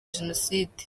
jenoside